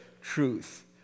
truth